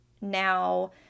now